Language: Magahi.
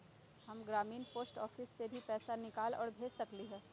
हम ग्रामीण पोस्ट ऑफिस से भी पैसा निकाल और भेज सकेली?